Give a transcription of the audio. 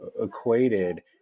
equated